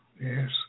Yes